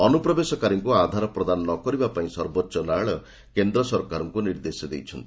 ଅନୁପ୍ରବେଶକାରୀଙ୍କୁ ଆଧାର ପ୍ରଦାନ ନ କରିବା ପାଇଁ ସର୍ବୋଚ୍ଚ ନ୍ୟାୟାଳୟ କେନ୍ଦ୍ର ସରକାରଙ୍କୁ ନିର୍ଦ୍ଦେଶ ଦେଇଛନ୍ତି